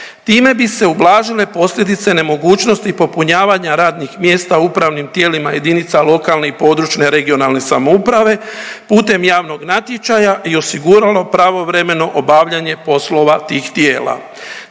Time bi se ublažile posljedice nemogućnosti popunjavanja radnih mjesta u upravnim tijelima jedinica lokalne i područne (regionalne) samouprave putem javnog natječaja i osiguralo pravovremeno obavljanje poslova tih tijela.